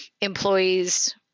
employees